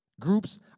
Groups